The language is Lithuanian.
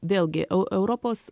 vėlgi eu europos